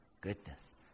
goodness